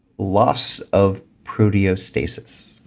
loss of proteostasis.